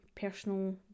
personal